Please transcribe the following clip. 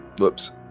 Whoops